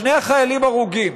שני חיילים הרוגים.